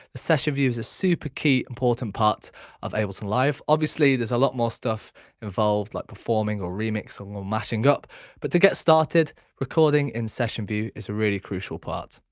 the session view is a super key important part of ableton live. obviously there's a lot more stuff involved like performing or remixing or mashing up but to get started recording in session view is a really crucial part.